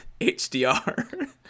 HDR